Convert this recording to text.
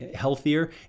healthier